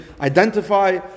identify